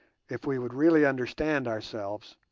if we would really understand ourselves,